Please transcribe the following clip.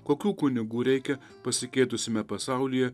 kokių kunigų reikia pasikeitusiame pasaulyje